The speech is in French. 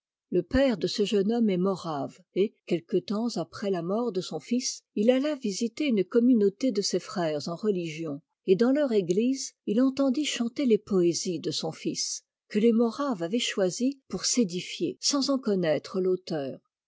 le père de ce jeune homme est morave et quelque temps après la mort de son fils il alla visiter une communauté de ses frères en religion et dans leur église il entendit chanter les poésies de son fils que les moraves avaient choisies pour s'édifier sans en conna re fauteur